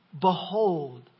Behold